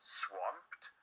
swamped